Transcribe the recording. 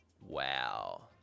Wow